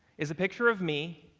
is a picture of me,